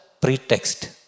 pretext